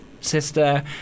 sister